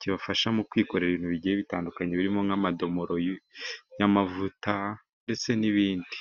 kibafasha mu kwikorera, ibintu bigiye bitandukanye birimo, nk'amadomoro y'amavuta ndetse n'ibindi.